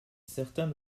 certains